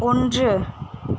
ஒன்று